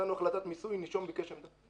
נתנו החלטת מיסוי, נישום ביקש עמדה.